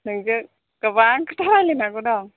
नोंजों गोबां खोथा रायज्लायनांगौ दं